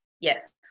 Yes